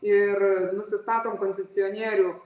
ir nusistatom kondicionierių